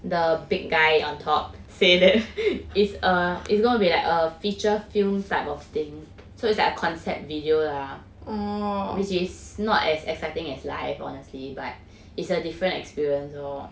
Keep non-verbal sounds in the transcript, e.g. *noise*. the big guy on top say *laughs* that it's err it's going to be like a feature film type of thing so it's like a concept video lah which is not as exciting as live honestly but it's a different experience lor